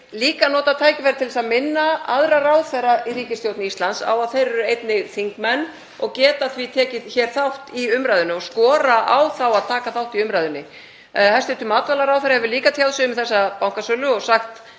líka nota tækifærið til að minna aðra ráðherra í ríkisstjórn Íslands á að þeir eru einnig þingmenn og geta því tekið hér þátt í umræðunni og ég skora á þá að taka þátt í umræðunni. Hæstv. matvælaráðherra hefur líka tjáð sig um þessa bankasölu og sagt